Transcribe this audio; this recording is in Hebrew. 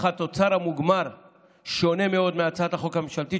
אך התוצר המוגמר שונה מאוד מהצעת החוק הממשלתית